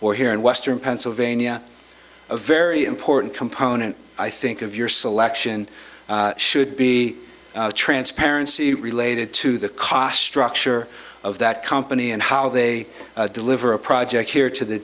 or here in western pennsylvania a very important component i think of your selection should be transparency related to the cost structure of that company and how they deliver a project here to the